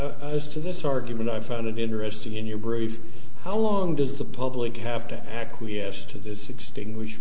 us to this argument i found it interesting in your brave how long does the public have to acquiesce to this extinguish